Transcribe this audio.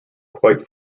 quite